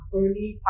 early